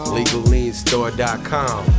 legalleanstore.com